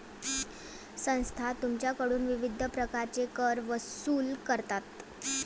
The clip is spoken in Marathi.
संस्था तुमच्याकडून विविध प्रकारचे कर वसूल करतात